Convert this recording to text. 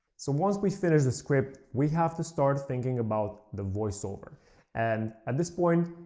so once we finish the script, we have to start thinking about the voiceover and at this point,